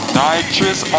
nitrous